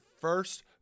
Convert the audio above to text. first